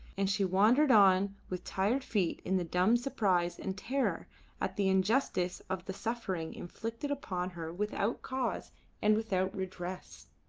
and she wandered on with tired feet in the dumb surprise and terror at the injustice of the suffering inflicted upon her without cause and without redress.